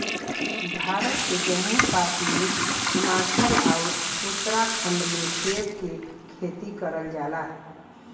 भारत के जम्मू कश्मीर, हिमाचल आउर उत्तराखंड में सेब के खेती करल जाला